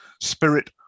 Spirit